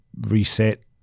reset